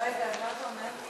כמו שנאמר,